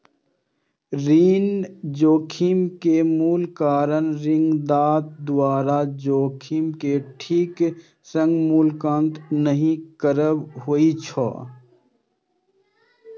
ऋण जोखिम के मुख्य कारण ऋणदाता द्वारा जोखिम के ठीक सं मूल्यांकन नहि करब होइ छै